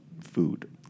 food